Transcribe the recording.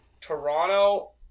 Toronto